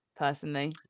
Personally